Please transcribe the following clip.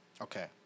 Okay